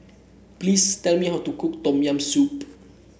please tell me how to cook Tom Yam Soup